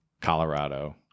Colorado